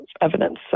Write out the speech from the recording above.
evidence